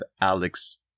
Alex